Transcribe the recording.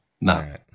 No